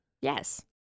Yes